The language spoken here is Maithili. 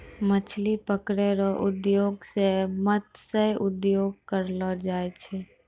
मछली पकड़ै रो उद्योग के मतस्य उद्योग कहलो जाय छै